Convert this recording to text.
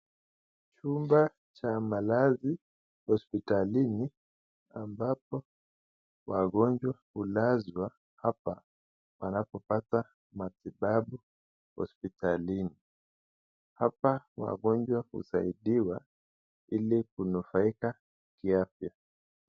Chumba cha malazi hosipitalini ambako wagonjwa hulazwa hapa wanapopata matibabu hospitalini. Hapa wagonjwa husaidiwa ili kunufaika kiafya.